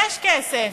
יש כסף.